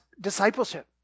discipleship